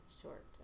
short